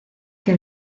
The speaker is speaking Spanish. que